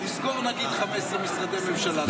לסגור נגיד 15 משרדי ממשלה, נכון או לא?